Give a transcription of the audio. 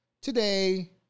Today